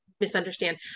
misunderstand